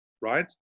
right